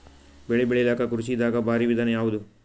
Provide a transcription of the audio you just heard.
ಬೆಳೆ ಬೆಳಿಲಾಕ ಕೃಷಿ ದಾಗ ಭಾರಿ ವಿಧಾನ ಯಾವುದು?